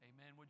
Amen